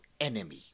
enemy